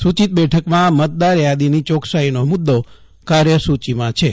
સૂ ચિત બેઠકમાં મતદાર થાદીની યોક્સાઈનો મુદ્દો કાર્ય સૂ ચિમાંછે